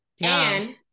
And-